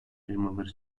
firmaları